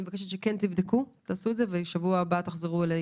אני מבקשת שכן תבדקו ובשבוע הבא תחזרו אלי